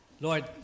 Lord